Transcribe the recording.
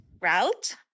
route